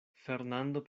fernando